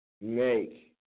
make